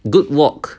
good walk